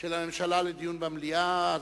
של הממשלה לדיון במליאה.